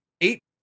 eight